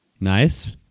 Nice